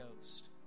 Ghost